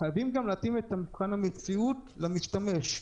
חייבים להתאים את המציאות למשתמש.